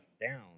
down